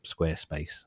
Squarespace